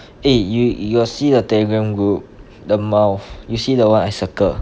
eh you you got see the Telegram group the mouth you see the [one] I circle